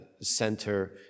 center